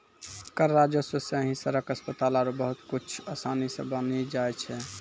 कर राजस्व सं ही सड़क, अस्पताल आरो बहुते कुछु आसानी सं बानी जाय छै